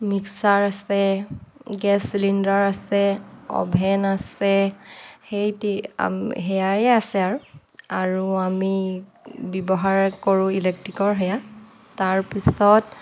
mixer আছে gas cylinder আছে oven আছে সেই সেয়াই আছে আৰু আৰু আমি ব্যৱহাৰ কৰোঁ ইলেক্ট্ৰিকৰ সেয়া তাৰ পিছত